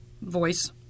voice